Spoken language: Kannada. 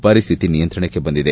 ಪರಿಸ್ನಿತಿ ನಿಯಂತ್ರಣಕ್ಕೆ ಬಂದಿದೆ